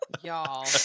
Y'all